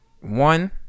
One